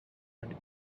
and